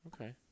Okay